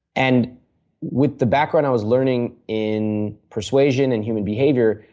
and with the background i was learning in persuasion and human behavior,